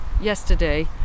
yesterday